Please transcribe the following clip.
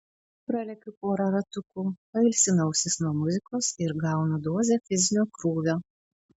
pralekiu porą ratukų pailsinu ausis nuo muzikos ir gaunu dozę fizinio krūvio